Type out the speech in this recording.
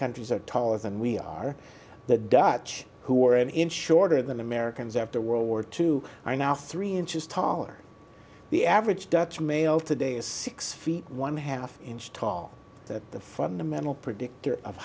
countries are taller than we are the dutch who are an inch shorter than americans after world war two are now three inches taller the average dutch male today is six feet one half inch tall the fundamental predictor of